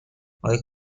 آیا